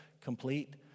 complete